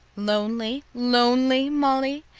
lonely, lonely, molly?